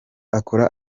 akora